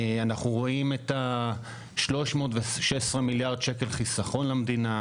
אנחנו רואים 316 מיליארד שקל חיסכון למדינה.